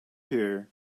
here